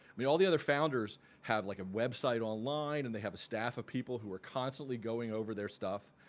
mean all the other founders have like a website online and they have a staff of people who are constantly going over their stuff.